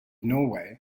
norway